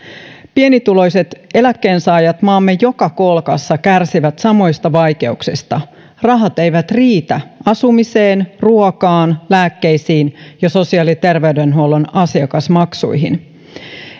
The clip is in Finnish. pienituloiset eläkkeensaajat maamme joka kolkassa kärsivät samoista vaikeuksista rahat eivät riitä asumiseen ruokaan lääkkeisiin ja sosiaali ja terveydenhuollon asiakasmaksuihin